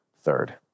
Third